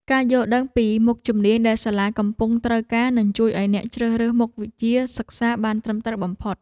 ការយល់ដឹងពីមុខជំនាញដែលសាលាកំពុងត្រូវការនឹងជួយឱ្យអ្នកជ្រើសរើសមុខវិជ្ជាសិក្សាបានត្រឹមត្រូវបំផុត។